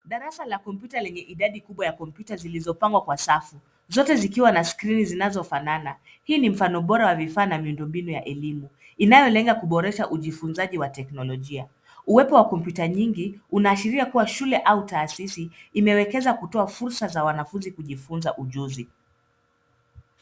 Darasa la kompyuta lenye idadi kubwa ya komputa zilizopangwa kwa safu. Zote zikiwa na skrini zinazo fanana. Hii ni mfano bora wa vifa na miundobinu ya elimu. Inayo lenga kuboresha ujifunzaji wa teknolojia. Uwepu wa kompyuta nyingi, unaashiria kua shule au taasisi, imewekeza kutuwa fursa za wanafuzi kujifunza ujuzi.